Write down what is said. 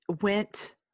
went